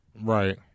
right